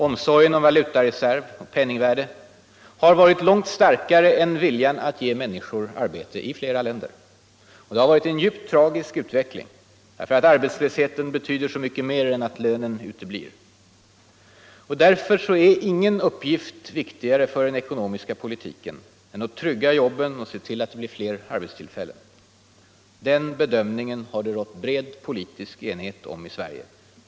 Omsorgen om valutareserv och penningvärde har i flera länder varit långt starkare än viljan att ge människor arbete. Det har varit en djupt tragisk utveckling, eftersom arbetslösheten betyder så mycket mer än att lönen uteblir. Därför är ingen uppgift viktigare för den ekonomiska politiken än att trygga jobben och se till att det blir fler arbetstillfällen. Den bedömningen har det rått bred politisk enighet om i Sverige.